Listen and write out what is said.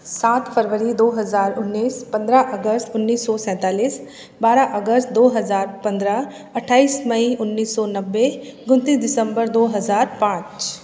सात फ़रवरी दो हज़ार उन्नीस पन्द्रह अगस्त उन्नीस सो सैंतालीस बारह अगस्त दो हज़ार पन्द्रह अट्ठाईस मई उन्नीस सौ नब्बे उन्तीस दिसम्बर दो हज़ार पाँच